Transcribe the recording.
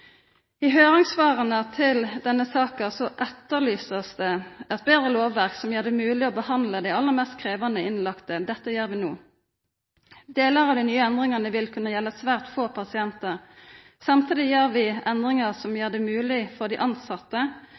I høyringssvara til denne saka etterlyser ein eit betre lovverk som gjer det mogleg å behandla dei aller mest krevjande innlagde. Dette gjer vi no. Delar av dei nye endringane vil kunna gjelda svært få pasientar. Samstundes gjer vi endringar som gjer det mogleg for dei